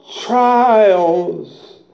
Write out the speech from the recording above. trials